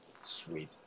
Sweet